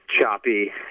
choppy